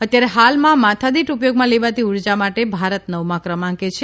અત્યારે હાલમાં માથાદીઠ ઉપયોગમાં લેવાતી ઉર્જા માટે ભારત નવમા ક્રમાંકે આવે છે